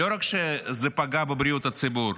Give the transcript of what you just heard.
לא רק שזה פגע בבריאות הציבור,